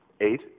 Eight